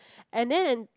and then